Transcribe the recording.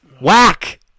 Whack